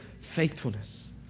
faithfulness